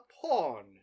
pawn